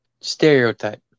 Stereotype